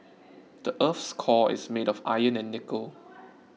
the earth's core is made of iron and nickel